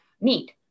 need